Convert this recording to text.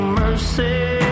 mercy